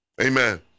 Amen